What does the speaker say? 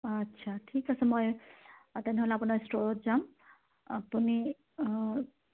আচ্ছা ঠিক আছে মই তেনেহ'লে আপোনাৰ ষ্ট'ৰত যাম আপুনি